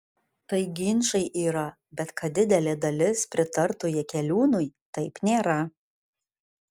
tai ginčai yra bet kad didelė dalis pritartų jakeliūnui taip nėra